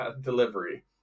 delivery